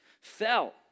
fell